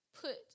put